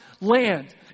land